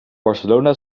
barcelona